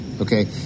okay